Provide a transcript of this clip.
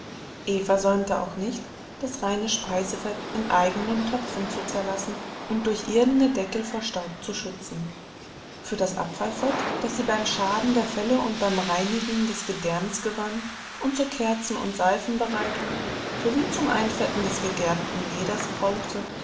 eva säumte auch nicht das reine speisefett in eigenen töpfen zu zerlassen und durch irdene deckel vor staub zu schützen für das abfallfett das sie beim schaben der felle und beim reinigen des gedärms gewann und zur kerzen und seifenbereitung sowie zum einfetten des gegerbten leders brauchte